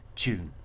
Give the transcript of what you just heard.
tune